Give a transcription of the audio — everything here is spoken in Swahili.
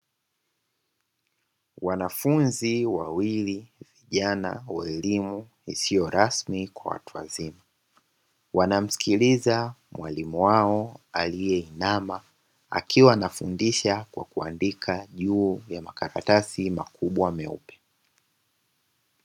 Wanafunzi wawili, vijana wa elimu isiyo rasmi kwa watu wazima wanamsikiliza mwalimu wao aliyeinama akiwa anafundisha kwa kuandika juu ya makaratasi makubwa meupe.